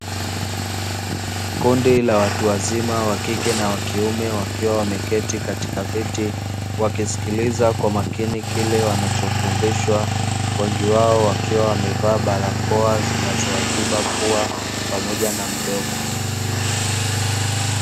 Kundi la watu wazima, wa kike na wakiume, wakiwa wameketi katika viti, wakisikiliza kwa makini kile wanachofundishwa. Wengi wao wakiwa wamevaa barakoa zinazowaziba pua pamoja na mdomo.